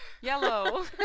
yellow